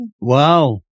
Wow